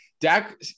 Dak